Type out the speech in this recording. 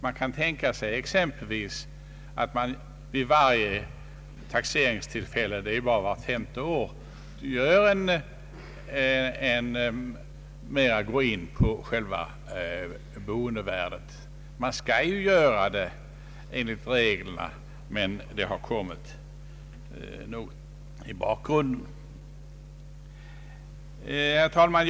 Man kan t.ex. tänka sig att vid varje taxeringstillfälle vart femte år mera ta hänsyn till själva boendevärdet. Man skall ju göra så enligt reglerna, men det har kommit något i bakgrunden. Herr talman!